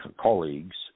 colleagues